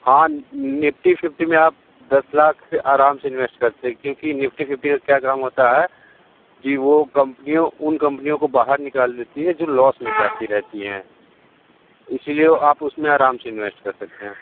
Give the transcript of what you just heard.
हाँ Nifty fifty में आप दस लाख से आराम से इन्वेस्ट करते हैं क्योंकि निफ्टी फिफ्टी का क्या काम होता है कि वो कंपनियों उन कंपनियों को बाहर निकाल देती हैं जो लॉस में जाती रहती हैं इसीलिए उसमें आप आराम से इन्वेस्ट कर सकते हैं